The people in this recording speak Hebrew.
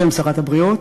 בשם שרת הבריאות: